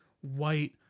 white